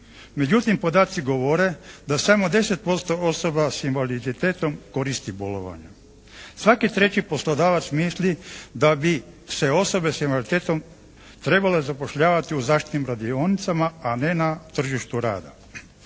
Međutim podaci govore da samo 10% osoba s invaliditetom koristi bolovanja. Svaki treći poslodavac misli da bi se osobe s invaliditetom trebale zapošljavati u zaštitnim radionicama a ne na tržištu rada.